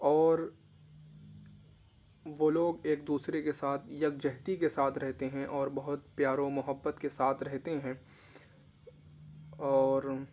اور وہ لوگ ایک دوسرے کے ساتھ یک جہتی کے ساتھ رہتے ہیں اور بہت پیار و محبت کے ساتھ رہتے ہیں اور